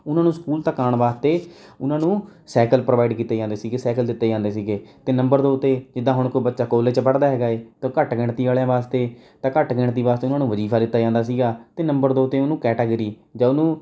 ਉਹਨਾਂ ਨੂੰ ਸਕੂਲ ਤੱਕ ਆਉਣ ਵਾਸਤੇ ਉਹਨਾਂ ਨੂੰ ਸਾਈਕਲ ਪ੍ਰੋਵਾਈਡ ਕੀਤੇ ਜਾਂਦੇ ਸੀਗੇ ਸਾਈਕਲ ਦਿੱਤੇ ਜਾਂਦੇ ਸੀਗੇ ਅਤੇ ਨੰਬਰ ਦੋ 'ਤੇ ਜਿੱਦਾਂ ਹੁਣ ਕੋਈ ਬੱਚਾ ਕਾਲਜ 'ਚ ਪੜ੍ਹਦਾ ਹੈਗਾ ਏ ਤਾਂ ਘੱਟ ਗਿਣਤੀ ਵਾਲਿਆਂ ਵਾਸਤੇ ਤਾਂ ਘੱਟ ਗਿਣਤੀ ਵਾਸਤੇ ਉਹਨਾ ਨੂੰ ਵਜੀਫ਼ਾ ਦਿੱਤਾ ਜਾਂਦਾ ਸੀਗਾ ਅਤੇ ਨੰਬਰ ਦੋ 'ਤੇ ਉਹਨੂੰ ਕੈਟੇਗਿਰੀ ਜਾਂ ਉਹਨੂੰ